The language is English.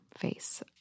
face